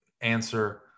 answer